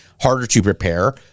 harder-to-prepare